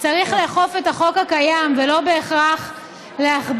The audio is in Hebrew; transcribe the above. צריך לאכוף את החוק הקיים, ולא בהכרח להכביד